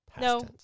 No